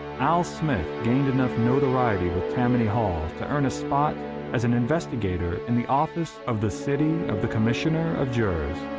al smith gained enough notoriety with tammany hall to earn a spot as an investigator in the office of the city of the commissioner of jurors.